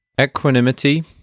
Equanimity